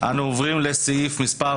אנו עוברים להסתייגות מס'